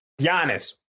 Giannis